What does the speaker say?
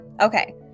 Okay